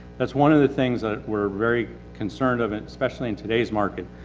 that's one of the things that we're very concerned of, especially in today's market.